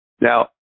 Now